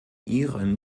ihrem